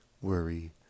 worry